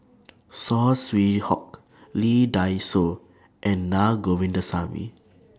Saw Swee Hock Lee Dai Soh and Na Govindasamy